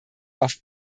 auf